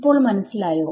ഇപ്പോൾ മനസ്സിലായോ